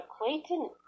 Clayton